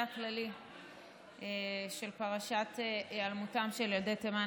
הכללי של פרשת היעלמותם של ילדי תימן,